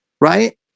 right